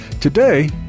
Today